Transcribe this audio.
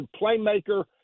playmaker